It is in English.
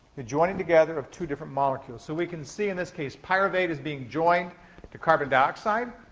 the joining together of two different molecules. so we can see, in this case, pyruvate is being joined to carbon dioxide.